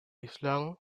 islam